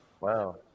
Wow